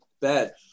bad